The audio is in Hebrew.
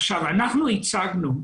עכשיו אנחנו הצגנו,